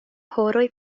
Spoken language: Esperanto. horoj